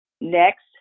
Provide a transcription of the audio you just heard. Next